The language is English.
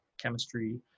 chemistry